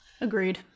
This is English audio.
agreed